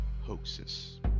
hoaxes